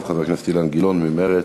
ואחריו, חבר הכנסת אילן גילאון, ממרצ.